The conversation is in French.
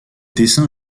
dessins